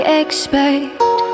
expect